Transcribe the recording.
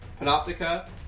Panoptica